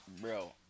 Bro